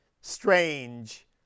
strange